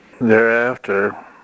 Thereafter